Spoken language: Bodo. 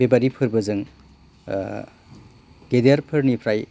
बेबादि फोरबो जों गेदेरफोरनिफ्राय